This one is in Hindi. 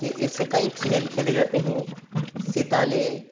के ऐसे कई खेल खेले जाते हैं सिताले